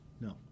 No